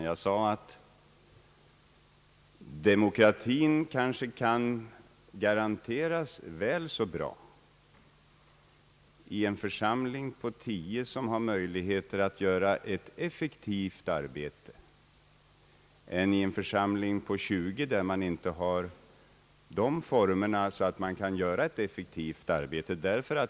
Jag sade bara att demokratin kanske kan garanteras väl så bra i en församling på tio ledamöter, som har möjligheter att göra ett effektivt arbete, som i en församling på tjugo ledamöter, där man inte har sådana former att man kan göra ett effektivt arbete.